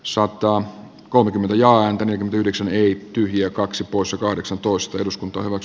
soitto on kolmekymmentä ja antennit yhdeksällä ei tyhjiä kaksi poissa kahdeksan tuosta eduskunta ovat